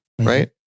right